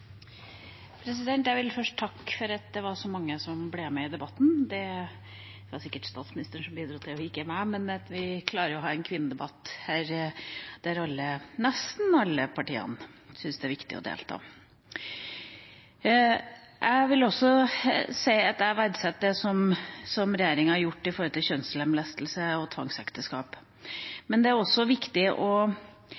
Jeg vil først takke for at det var så mange som ble med i debatten. Det var sikkert statsministeren – og ikke jeg – som bidro til at vi klarer å ha en kvinnedebatt der nesten alle partiene syns det er viktig å delta. Jeg vil også si at jeg verdsetter det som regjeringa har gjort når det gjelder kjønnslemlestelse og tvangsekteskap,